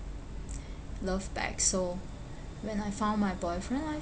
love back so when I found my boyfriend I